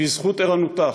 בזכות ערנותה,